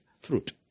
fruit